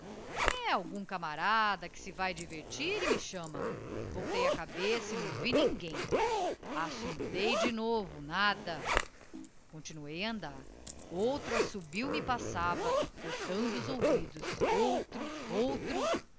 e algum camarada que se vae divertir e me chama voltei a cabeça e não vi ninguém assumptei de novo nada continuei a andar outro assobio me passava cortando os ouvidos outro outro